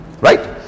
right